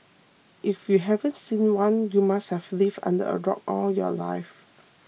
if you haven't seen one you must have lived under a rock all your life